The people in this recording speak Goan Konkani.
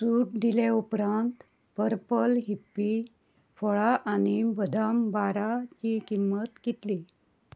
सूट दिले उपरांत पर्पल हिप्पी फळां आनी बदाम बाराची किंमत कितली